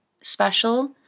special